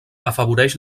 afavoreix